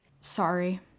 Sorry